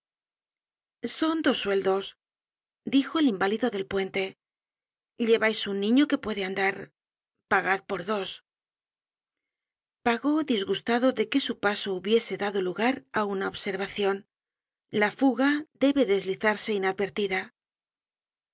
son dos sueldos dijo el inválido del puente llevais un niño que puede andar pagad por dos pagó disgustado de que su paso hubiese dado lugar á una observacion la fuga debe deslizarse inadvertida